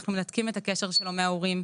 אנחנו מנתקים את הקשר שלו מההורים.